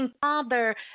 father